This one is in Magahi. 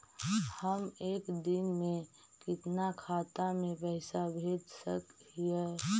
हम एक दिन में कितना खाता में पैसा भेज सक हिय?